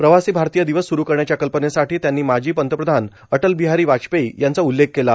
प्रवासी भारतीय दिवस सुरू करण्याच्या कल्पनेसाठी त्यांनी माजी पंतप्रधान अटल बिहारी वाजपेयी यांचा उल्लेख केला